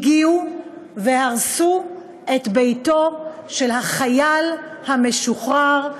הגיעו והרסו את ביתו של החייל המשוחרר,